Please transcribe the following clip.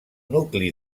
nucli